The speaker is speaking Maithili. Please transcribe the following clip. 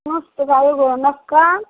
पाँच टाका एगो नस्ता